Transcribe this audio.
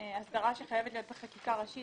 אנחנו מדברים על אנשים שמביאים כסף מהבית,